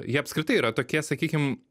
jie apskritai yra tokie sakykim